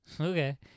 Okay